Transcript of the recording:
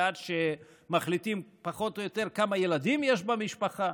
ועד שמחליטים פחות או יותר כמה ילדים יש במשפחה.